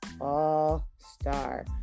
All-Star